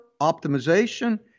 optimization